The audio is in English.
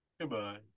goodbye